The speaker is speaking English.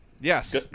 Yes